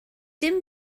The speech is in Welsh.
dim